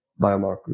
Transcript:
biomarkers